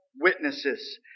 witnesses